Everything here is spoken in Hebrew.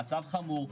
המצב חמור,